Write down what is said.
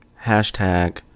Hashtag